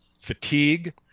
fatigue